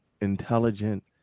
intelligent